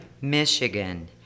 Michigan